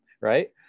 right